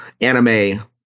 anime